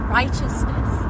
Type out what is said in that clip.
righteousness